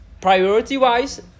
priority-wise